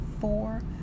four